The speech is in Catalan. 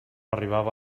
arribava